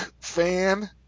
fan